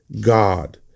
God